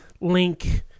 link